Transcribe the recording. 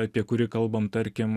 apie kurį kalbam tarkim